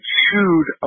chewed